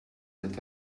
that